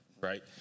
Right